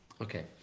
Okay